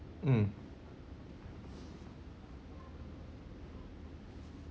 mm